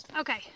Okay